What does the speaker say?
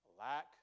Lack